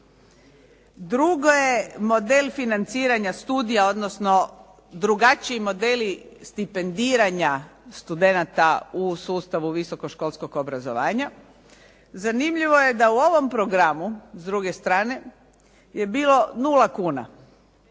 Drugo je model financiranja studija, odnosno drugačiji modeli stipendiranja studenata u sustavu visokoškolskog obrazovanja. Zanimljivo je da u ovom programu, s druge strane je bilo 0 kuna